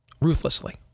Ruthlessly